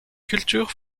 cultures